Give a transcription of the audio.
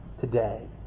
today